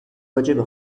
واجبه